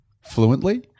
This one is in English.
Fluently